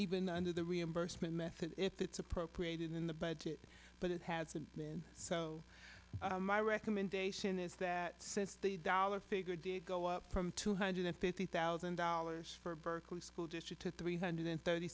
even under the reimbursement method if it's appropriate in the budget but it hasn't been so my recommendation is that says the dollar figure did go up from two hundred fifty thousand dollars for berkeley school district to three hundred thirty